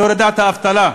להורדת האבטלה.